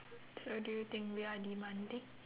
so do you think we are demanding